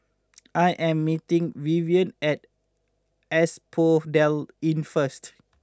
I am meeting Vivien at Asphodel Inn first